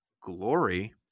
glory